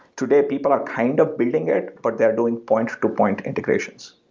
today, people are kind of building it, but they're doing point to point integrations.